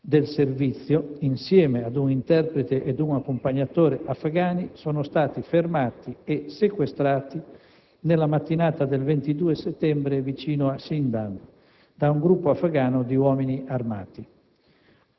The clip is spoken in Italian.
del Servizio, assieme ad un interprete ed un accompagnatore afgani, sono stati fermati e sequestrati, nella mattinata del 22 settembre, vicino a Shindad, da un gruppo afgano di uomini armati.